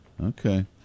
Okay